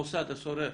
המוסד הסורר